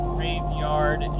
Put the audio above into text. Graveyard